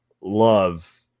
love